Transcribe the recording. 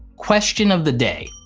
question of the day,